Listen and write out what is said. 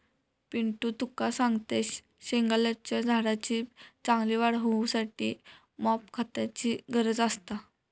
पिंटू तुका सांगतंय, शेगलाच्या झाडाची चांगली वाढ होऊसाठी मॉप खताची गरज असता